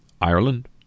Ireland